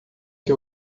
que